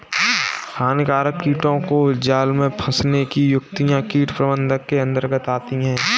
हानिकारक कीटों को जाल में फंसने की युक्तियां कीट प्रबंधन के अंतर्गत आती है